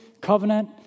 covenant